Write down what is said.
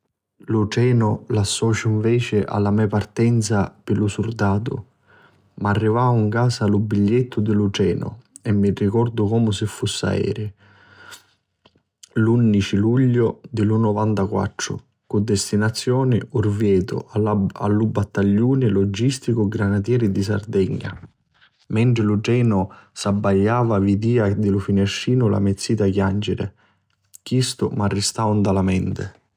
Lu trenu l'associu nveci a la me partenza pi lu surdatu. M'arrivau 'n casa lu bigliettu di lu trenu e mi ricordu comu fussi aeri, l'unnici lugliu di lu novantaquattru, cu distinazioni Orvietu a lu Battagghiuni Logisticu Granateri di Sardegna. E mentri lu trenu s'abbiava vidia di lu finistrinu la me zita chianciri. Chistu mi ristau nta la menti.